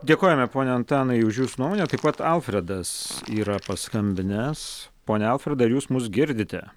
dėkojame pone antanai už jūsų nuomonę taip pat alfredas yra paskambinęs pone alfredai ar jūs mus girdite